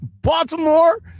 Baltimore